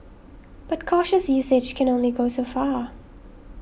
but cautious usage can only go so far